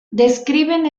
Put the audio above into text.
describen